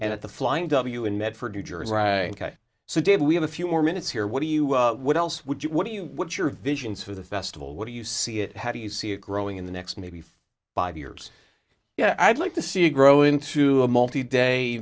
and at the flying w in medford new jersey so david we have a few more minutes here what do you what else would you what do you what's your visions for the festival what do you see it how do you see it growing in the next maybe five years yeah i'd like to see it grow into a multi day